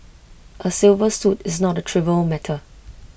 A civil suit is not A trivial matter